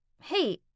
Hey